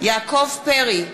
יעקב פרי,